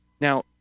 Now